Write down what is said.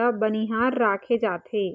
ल बनिहार राखे जाथे